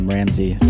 Ramsey